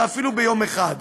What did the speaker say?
ואפילו ביום אחד.